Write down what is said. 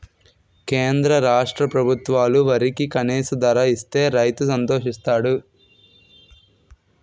కేంద్ర రాష్ట్ర ప్రభుత్వాలు వరికి కనీస ధర ఇస్తే రైతు సంతోషిస్తాడు